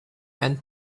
and